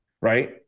right